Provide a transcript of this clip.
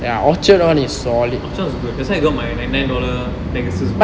orchard one was good that's where I got my ninety nine dollar pegasus